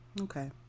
Okay